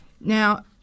Now